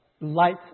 light